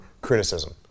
criticism